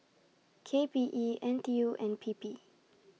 K P E N T U and P P